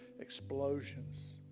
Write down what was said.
explosions